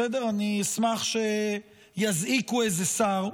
בסדר, אשמח שיזעיקו איזה שר.